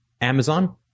Amazon